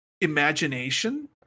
imagination